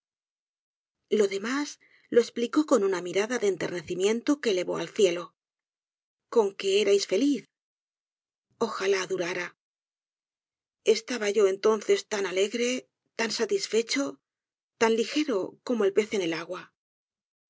lo demás lo esplicó con una mirada de enternecimiento que elevó al cielo con que erais feliz ojalá durara estaba yo entonces tan alegre tan satisfecho tan lijero como el pez en el agua